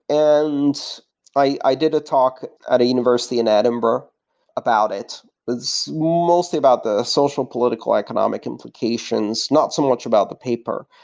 and i did a talk at a university in edinburgh about it. it's mostly about the social, political, economic implications. not so much about the paper,